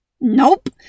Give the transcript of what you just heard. Nope